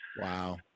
Wow